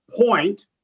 point